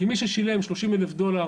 כי מי ששילם 30,000 דולר